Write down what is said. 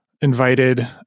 invited